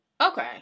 Okay